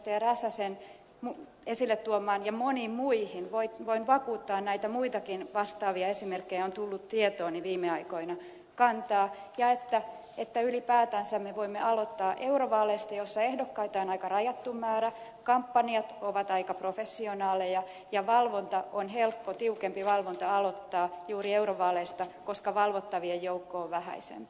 räsäsen esille tuomaan asiaan ja moniin muihin voin vakuuttaa että näitä muitakin vastaavia esimerkkejä on tullut tietooni viime aikoina kantaa ja että ylipäätänsä me voimme aloittaa eurovaaleista joissa ehdokkaita on aika rajattu määrä kampanjat ovat aika professionaaleja ja tiukempi valvonta on helppo aloittaa juuri eurovaaleista koska valvottavien joukko on vähäisempi